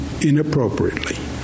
inappropriately